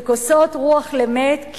זה כוסות רוח למת,